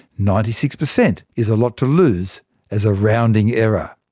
ninety six percent is a lot to lose as a rounding error!